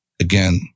again